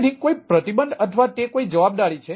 તેથી કોઈ પ્રતિબંધ અથવા તે કોઈ જવાબદારી છે